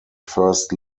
first